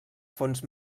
fons